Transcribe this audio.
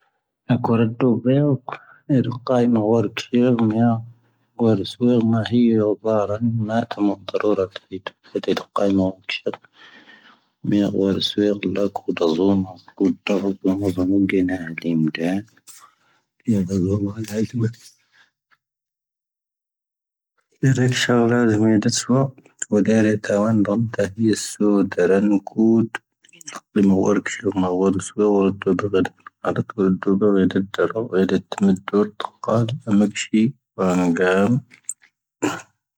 ⴰⵇⴰ ⵔⴻⴷo vⴻⵀⵓ ⵔⵓⵇⵇⴰⵏⵉ ⵀⴻⵔⴻⵜ ⵡⴰⵔⴻⵙ ⵀⴻⵏⵏⵉⵢⴰⵀⵉ ⵡⴰⵣⴰⵔⴰⵏ ⵎⴰⵜⴻⵀⵉ ⵎⴰⵜⵜⵓⵔⴰⵜⵉⵀⵉ ⴼⵓⵜⵓⵇⵇⴰⵎⴰⵏ ⵎⴻⵏ ⵡⴰⵔⵙⵓⵀⵉⵇ ⵎⴻⵔⴻⴽⵙⵀⴰⵉⴷⴰⵜⵉ ⵢⴻⵙⵙoⵎⵎ ⵡⴰⵇⴻⵔⴰⴽ ⴽⴰⵎⴰⵏ ⴷoⵏ ⵜⴰⵀⵉⵢⴻⵙⵙo ⵏⴰⴽⵓⵓⵜ ⵡⴰⵇⵇⴰⵎⴻⵔⵉⵙⵀo ⵡⴰⵜⴻⴻⵀ ⵎⵉⵜⵜⵓ ⵡⴰⵜⵜⴰⵎⴻ ⵡⴰⵇⵇ ⴰⵇ ⴰⵎⵉⴽⵙⵀⵉ